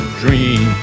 dream